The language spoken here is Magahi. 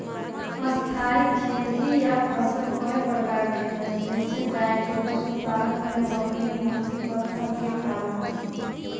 स्थाई खेती या फसल कय प्रकार के हई जईसे डेइरी पशुपालन में बकरी मुर्गी बत्तख के पालन